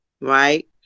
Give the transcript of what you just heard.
right